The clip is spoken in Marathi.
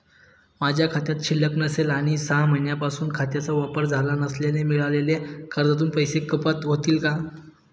माझ्या खात्यात शिल्लक नसेल आणि सहा महिन्यांपासून खात्याचा वापर झाला नसल्यास मिळालेल्या कर्जातून पैसे कपात होतील का?